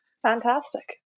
Fantastic